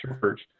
church